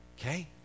okay